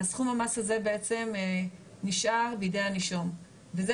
סכום המס הזה בעצם נשאר בידי הנישום וזה